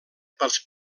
pels